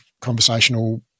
conversational